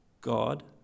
God